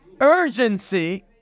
urgency